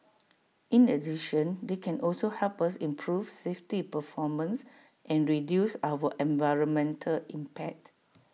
in addition they can also help us improve safety performance and reduce our environmental impact